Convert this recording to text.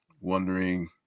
wondering